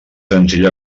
senzill